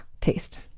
taste